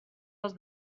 els